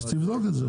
אז תבדוק את זה.